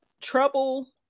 trouble